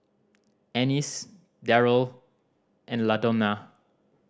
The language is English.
Annice Darold and Ladonna